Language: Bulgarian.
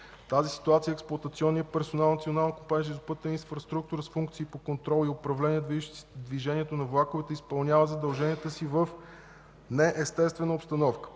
тази ситуация експлоатационният персонал на Национална компания „Железопътна инфраструктура” с функции по контрол и управление на движението на влаковете изпълнява задълженията си в неестествена обстановка.